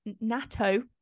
NATO